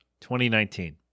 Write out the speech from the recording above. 2019